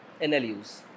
NLUs